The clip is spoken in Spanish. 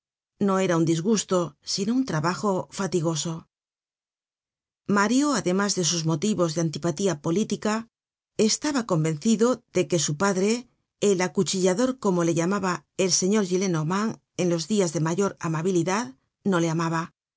no era un disgusto sino un trabajo fatigoso mario además de sus motivos de antipatía política estaba conven cido de que su padre el acuchillador como le llamaba el señor gillehor mand en los dias de mayer amabilidad no le amaba